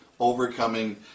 overcoming